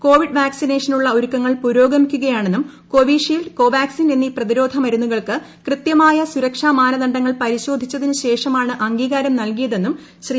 Covid വാക്സിനേഷനുള്ള ഒരുക്കങ്ങൾ പുരോഗമിക്കുകയാണെന്നും കൊവിഷീൽഡ് കൊവാക്സിൻ എന്നീ പ്രതിരോധ മരുന്നുകൾക്ക് കൃത്യമായ സുരക്ഷ മാനദണ്ഡങ്ങൾ പരിശോധിച്ചതിനുശേഷമാണ് അംഗീകാരം നൽകിയതെന്നും ശ്രീ